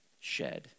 shed